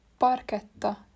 parketta